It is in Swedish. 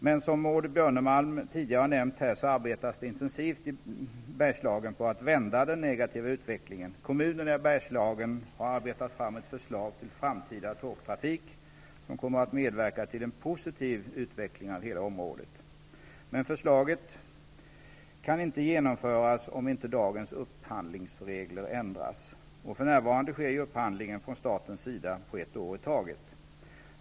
Men, som Maud Björnemalm tidigare nämnde, arbetas det i Bergslagen intensivt på att vända den negativa utvecklingen. Kommunerna i Bergslagen har arbetat fram ett förslag till framtida tågtrafik, vilket kommer att bidra till en positiv utveckling av hela området. Men förslaget kan inte genomföras om inte dagens upphandlingsregler ändras. För närvarande sker upphandlingen från statens sida för ett år i taget.